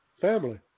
Family